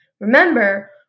Remember